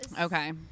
Okay